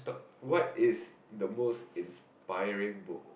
what is the most inspiring book